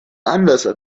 anlasser